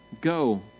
Go